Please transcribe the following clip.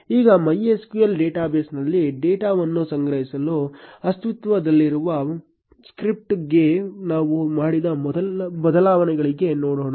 ಈಗ MySQL ಟೇಬಲ್ನಲ್ಲಿ ಡೇಟಾವನ್ನು ಸಂಗ್ರಹಿಸಲು ಅಸ್ತಿತ್ವದಲ್ಲಿರುವ ಸ್ಕ್ರಿಪ್ಟ್ಗೆ ನಾವು ಮಾಡಿದ ಬದಲಾವಣೆಗಳನ್ನು ನೋಡೋಣ